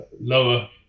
lower